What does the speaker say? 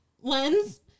lens